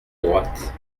droite